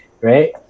right